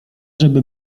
żeby